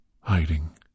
hiding